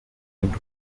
und